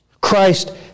Christ